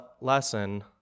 lesson